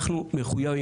אנחנו מחויבים,